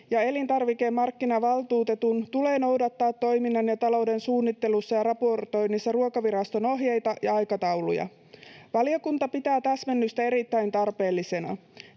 ja elintarvikemarkkinavaltuutetun tulee noudattaa toiminnan ja talouden suunnittelussa ja raportoinnissa Ruokaviraston ohjeita ja aikatauluja. Valiokunta pitää täsmennystä erittäin tarpeellisena.